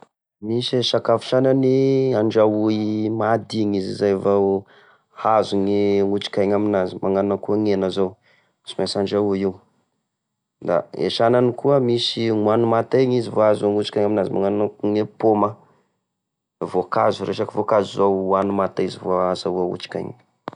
Misy e sakafo sagnany andrahoy mahadigny izy izay vo azo e otrikaina aminazy magnano ako gn'hena zao sy mainsy andrahoy io, da e sanany koa misy oany mata izy vo azo e otrikaina aminazy magnano ako gne pôma voakazo, resaka voakazo zao oany manta vô, vô azahoa otrikaina.